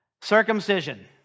circumcision